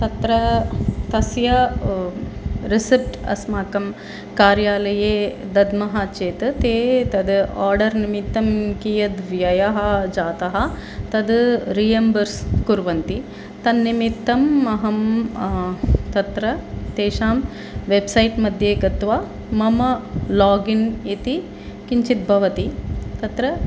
तत्र तस्य रिसिप्ट् अस्माकं कार्यालये दद्मः चेत् ते तद् आर्डर् निमित्तं कियद् व्ययः जातः तद् रीएम्बर्स् कुर्वन्ति तन्निमित्तम् अहं तत्र तेषां वेब्सैट्मध्ये गत्वा मम लागिन् इति किञ्चित् भवति तत्र